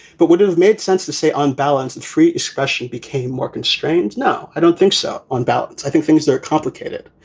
but would it have made sense to say, on balance, and free especially, became more constrained? no, i don't think so. on balance, i think things are complicated.